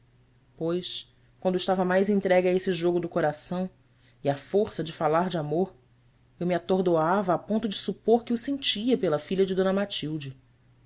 pois quando estava mais entregue a esse jogo do coração e à força de falar de amor eu me atordoava a ponto de supor que o sentia pela filha de d matilde